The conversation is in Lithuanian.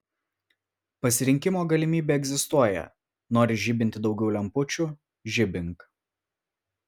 pasirinkimo galimybė egzistuoja nori žibinti daugiau lempučių žibink